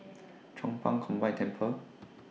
Chong Pang Combined Temple